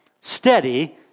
steady